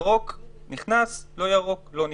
ירוק, נכנס, לא ירוק, לא נכנס.